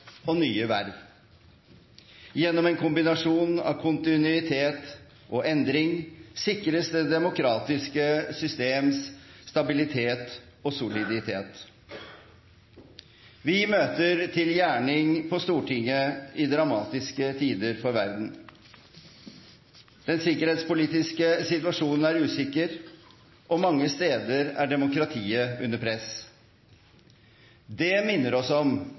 og nye verv. Gjennom en kombinasjon av kontinuitet og endring sikres det demokratiske systems stabilitet og soliditet. Vi møter til gjerning på Stortinget i dramatiske tider for verden. Den sikkerhetspolitiske situasjonen er usikker, og mange steder er demokratiet under press. Det minner oss om